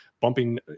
bumping